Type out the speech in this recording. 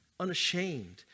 Unashamed